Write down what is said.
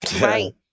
Right